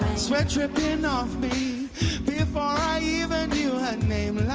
sweat dripping off me before i even knew her name